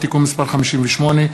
(גמלאות) (תיקון מס' 58),